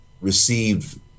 received